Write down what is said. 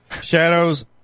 Shadows